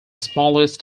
smallest